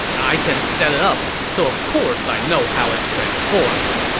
i can set it up, so of course i know how it transforms!